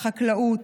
חקלאות.